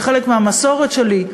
כחלק מהמסורת שלי,